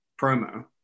promo